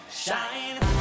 Shine